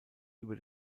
über